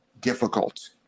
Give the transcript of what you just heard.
difficult